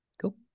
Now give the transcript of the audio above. Cool